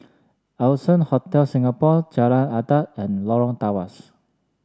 Allson Hotel Singapore Jalan Adat and Lorong Tawas